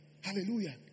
Hallelujah